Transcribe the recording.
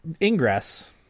Ingress